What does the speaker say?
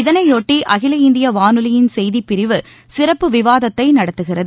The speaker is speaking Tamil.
இதனையொட்டி அகில இந்திய வானொலியின் செய்தி பிரிவு சிறப்பு விவாதத்தை நடத்துகிறது